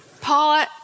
Paul